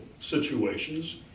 situations